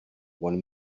one